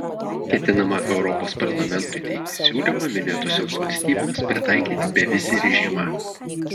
ketinama europos parlamentui teikti siūlymą minėtosioms valstybėms pritaikyti bevizį režimą